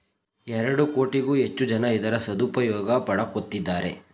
ಎರಡು ಕೋಟಿಗೂ ಹೆಚ್ಚು ಜನ ಇದರ ಸದುಪಯೋಗ ಪಡಕೊತ್ತಿದ್ದಾರೆ